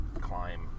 climb